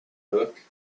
hook